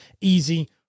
easy